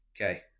okay